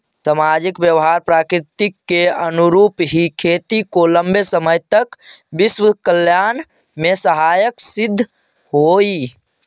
सामाजिक व्यवहार प्रकृति के अनुरूप ही खेती को लंबे समय तक विश्व कल्याण में सहायक सिद्ध होई